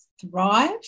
thrive